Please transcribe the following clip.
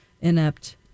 inept